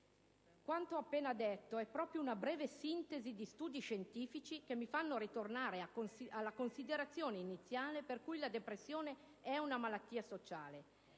Quanto ho appena detto è proprio una breve sintesi di studi scientifici che mi fanno tornare alla considerazione iniziale per cui la depressione è una malattia sociale.